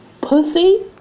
pussy